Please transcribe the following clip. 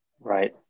right